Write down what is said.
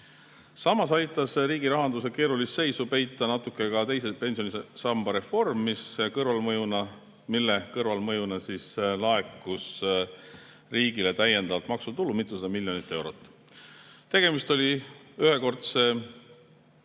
Samas aitas riigi rahanduse keerulist seisu peita natuke ka teise pensionisamba reform, mille kõrvalmõjuna laekus riigile täiendavat maksutulu mitusada miljonit eurot. Tegemist oli ühekordse